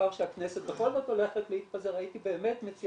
מאחר שהכנסת בכל זאת הולכת להתפזר הייתי באמת מציע